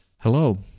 Hello